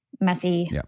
messy